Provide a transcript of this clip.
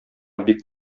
бик